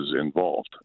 involved